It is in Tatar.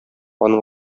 аның